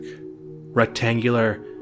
rectangular